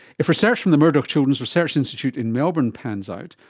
if research from the murdoch children's research institute in melbourne pans out,